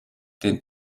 den